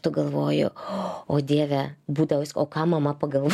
tu galvoji o dieve būdavos o ką mama pagalvos